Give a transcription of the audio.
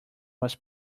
was